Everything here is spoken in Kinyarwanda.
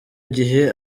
gihe